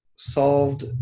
solved